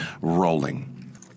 rolling